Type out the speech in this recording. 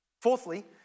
Fourthly